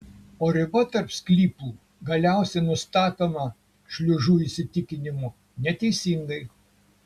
o riba tarp sklypų galiausiai nustatoma šliužų įsitikinimu neteisingai